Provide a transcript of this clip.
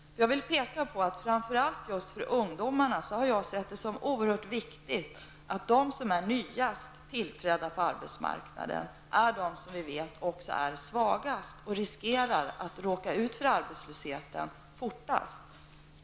Jag vill påpeka att de som är nyast tillträdda på arbetsmarknaden, framför allt ungdomarna, är som vi vet också de svagaste och riskerar att råka ut för arbetslöshet fortast.